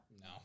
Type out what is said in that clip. No